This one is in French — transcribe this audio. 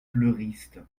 fleuriste